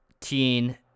teen